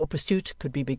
before pursuit could be begun,